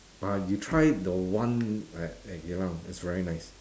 ah you try the one at at geylang it's very nice